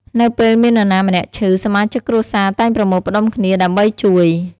នៅពេលមាននរណាម្នាក់ឈឺ សមាជិកគ្រួសារតែងប្រមូលផ្តុំគ្នា ដើម្បីជួយ។